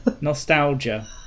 nostalgia